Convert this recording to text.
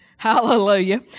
Hallelujah